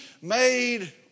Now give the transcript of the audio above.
made